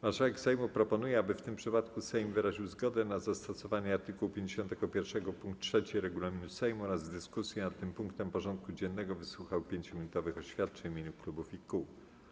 Marszałek Sejmu proponuje, aby w tym przypadku Sejm wyraził zgodę na zastosowanie art. 51 pkt 3 regulaminu Sejmu oraz w dyskusji nad tym punktem porządku dziennego wysłuchał 5-minutowych oświadczeń w imieniu klubów i kół.